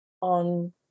on